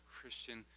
Christian